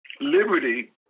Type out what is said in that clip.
liberty